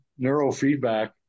neurofeedback